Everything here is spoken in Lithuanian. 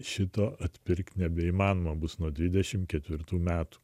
šito atpirkti nebeįmanoma bus nuo dvidešimt ketvirtų metų